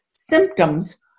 Symptoms